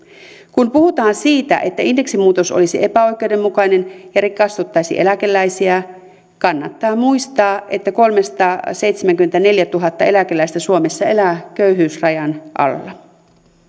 kun puhutaan siitä että indeksimuutos olisi epäoikeudenmukainen ja rikastuttaisi eläkeläisiä kannattaa muistaa että kolmesataaseitsemänkymmentäneljätuhatta eläkeläistä suomessa elää köyhyysrajan alla